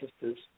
sisters